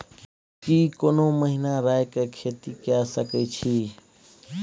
की कोनो महिना राई के खेती के सकैछी?